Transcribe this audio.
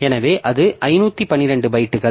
எனவே அது 512 பைட்டுகள்